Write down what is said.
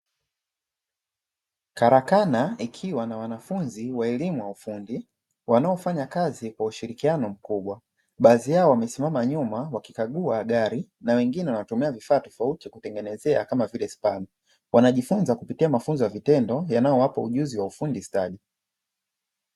Karakana ikiwa na wanafunzi wa elimu ya ufundi, wanaofanya kazi kwa ushirikiano mkubwa, baadhi yao wamesimama nyuma wakikagua gari na wengine wanatumia vifaa tofauti kutengenezea kama vile spana, wanajifunza kupitia mafunzo ya vitendo yanayowapa ujuzi wa ufundi stadi.